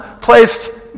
placed